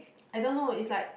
I don't know it's like